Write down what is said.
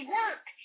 work